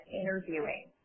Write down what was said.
interviewing